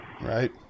Right